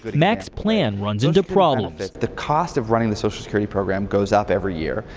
but mack's plan runs into problems. the cost of running the social security program goes up every year,